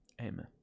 Amen